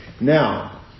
Now